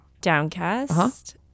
Downcast